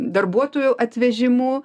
darbuotojų atvežimu